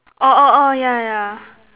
oh oh oh yeah yeah